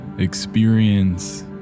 experience